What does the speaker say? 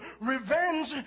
revenge